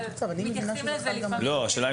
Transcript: השאלה,